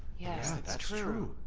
that's true.